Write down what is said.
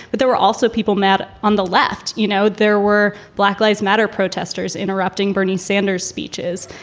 but there were also people mad on the left. you know, there were black lives matter protesters interrupting bernie sanders speeches.